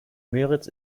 müritz